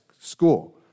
school